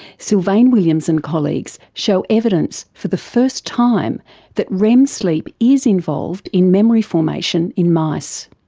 sylvain williams and colleagues show evidence for the first time that rem sleep is involved in memory formation in mice.